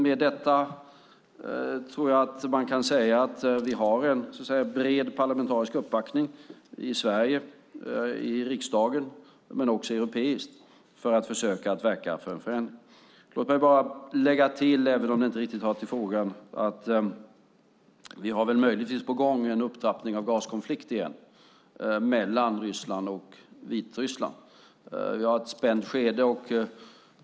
Med detta tror jag att man kan säga att vi har en bred parlamentarisk uppbackning i Sverige, i riksdagen, men också europeiskt för att försöka verka för en förändring. Låt mig bara lägga till, även om det inte riktigt hör till frågan, att det möjligtvis är en upptrappning på gång av gaskonflikten mellan Ryssland och Vitryssland. Vi har ett spänt skede.